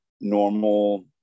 normal